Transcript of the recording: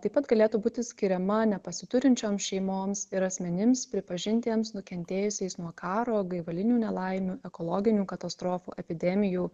taip pat galėtų būti skiriama nepasiturinčioms šeimoms ir asmenims pripažintiems nukentėjusiais nuo karo gaivalinių nelaimių ekologinių katastrofų epidemijų